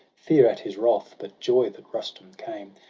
fear at his wrath, but joy that rustum came.